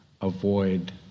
avoid